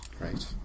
Right